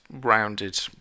rounded